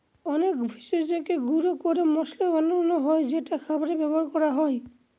অনেক ভেষজকে গুঁড়া করে মসলা বানানো হয় যেটা খাবারে ব্যবহার করা হয়